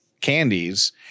candies